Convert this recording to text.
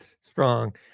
strong